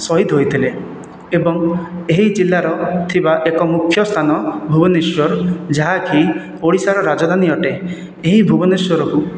ସହିଦ ହୋଇଥିଲେ ଏବଂ ଏହି ଜିଲ୍ଲାର ଥିବା ଏକ ମୁଖ୍ୟ ସ୍ଥାନ ଭୁବେନେଶ୍ୱର ଯାହାକି ଓଡ଼ିଶାର ରାଜଧାନୀ ଅଟେ ଏହି ଭୁବନେଶ୍ୱରକୁ